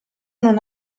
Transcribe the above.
non